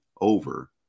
over